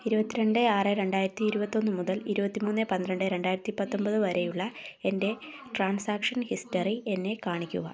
ഇരുപത്തിരണ്ട് ആറ് രണ്ടായിരത്തി ഇരുപത്തൊന്ന് മുതൽ ഇരുപത്തിമൂന്ന് പന്ത്രണ്ട് രണ്ടായിരത്തിപ്പത്തൊൻപത് വരെയുള്ള എൻ്റെ ട്രാൻസാക്ഷൻ ഹിസ്റ്ററി എന്നെ കാണിക്കുക